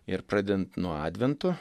ir pradedant nuo advento